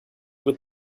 with